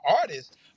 artists